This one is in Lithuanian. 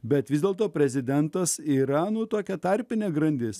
bet vis dėlto prezidentas yra nutuokia tarpinė grandis